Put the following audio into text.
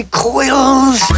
coils